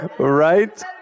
Right